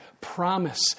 promise